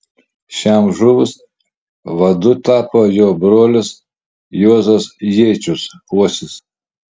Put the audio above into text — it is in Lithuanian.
šiam žuvus vadu tapo jo brolis juozas jėčius uosis